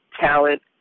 talent